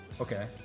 Okay